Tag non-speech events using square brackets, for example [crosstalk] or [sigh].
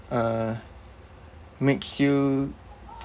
uh makes you [noise]